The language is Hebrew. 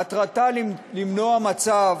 מטרתה למנוע מצב